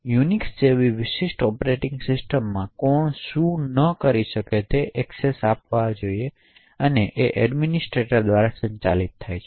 તેથી UNIX જેવી વિશિષ્ટ ઑપરેટિંગ સિસ્ટમમાં કોણ શું ન એક્સેસ કરવું જોઇયે એ એડમિનિસ્ટ્રેટર દ્વારા સંચાલિત થાય છે